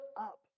up